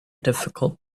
difficult